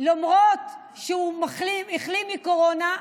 למרות שהוא החלים מקורונה,